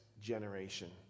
generation